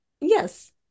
yes